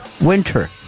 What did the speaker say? winter